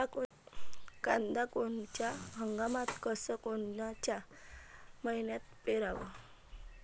कांद्या कोनच्या हंगामात अस कोनच्या मईन्यात पेरावं?